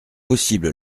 possible